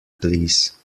please